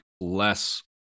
less